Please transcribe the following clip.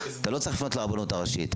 אתה לא צריך לפנות לרבנות הראשית.